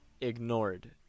ignored